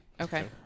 Okay